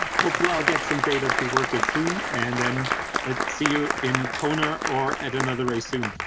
hopefully, i'll get some data to work with soon and then let's see you in kona or at another race soon.